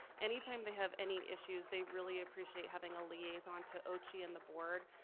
any time they have any issues, they really appreciate having a liaison to oche yeah and the board.